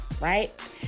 right